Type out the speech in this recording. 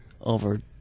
over